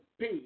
pay